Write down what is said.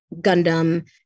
Gundam